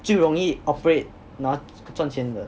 最容易 operate 然后赚钱的